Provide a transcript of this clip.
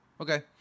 Okay